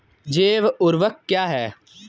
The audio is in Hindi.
जैव ऊर्वक क्या है?